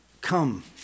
come